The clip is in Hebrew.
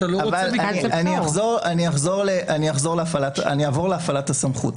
אבל אני אעבור להפעלת הסמכות.